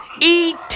eat